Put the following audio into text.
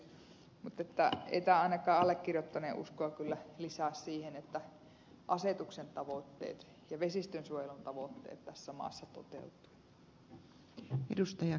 mutta ei tämä kyllä ainakaan allekirjoittaneen uskoa lisää siihen että asetuksen tavoitteet ja vesistönsuojelun tavoitteet tässä maassa toteutuvat